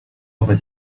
over